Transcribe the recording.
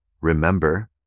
remember